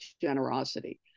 generosity